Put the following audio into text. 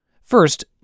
First